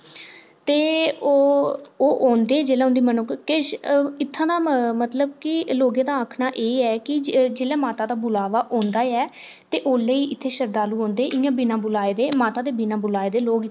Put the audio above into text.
ते ओह् औंदे जेल्लै उंदी मनो किश इत्थां दा म मतलब कि लोकें दा आखना ए ऐ कि जिल्लै माता दा बुलावा औंदा ऐ ते ओले ही इत्थै शर्द्धालु औंदे इ'यां बिना बुलाए दे माता दे बिना बुलाए दे लोक